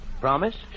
Promise